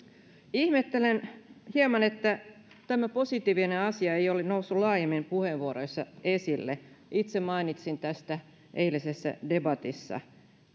ihmettelen hieman että tämä positiivinen asia ei ole noussut laajemmin puheenvuoroissa esille itse mainitsin tästä eilisessä debatissa